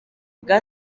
bwa